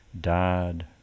died